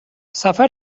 سفر